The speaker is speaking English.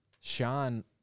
Sean